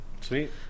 Sweet